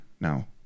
Now